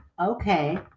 Okay